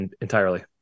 entirely